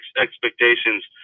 Expectations